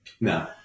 No